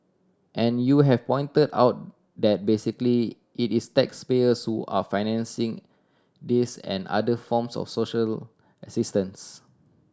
and you have pointed out that basically it is taxpayers who are financing this and other forms of social assistance